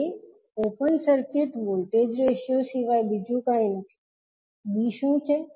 A open circuit voltage ratio સિવાય બીજું કંઈ નથી B શું છે